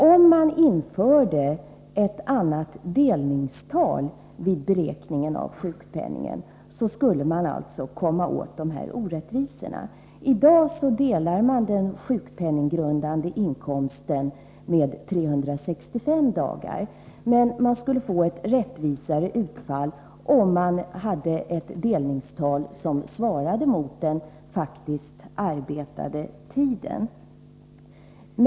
Om man införde ett annat delningstal vid beräkningen av sjukpenningen skulle man komma åt de här orättvisorna. I dag delar man den sjukpenninggrundande inkomsten med 365 dagar. Man skulle få ett rättvisare utfall om man hade ett delningstal som svarade mot den faktiskt arbetade tiden.